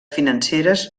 financeres